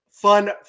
fun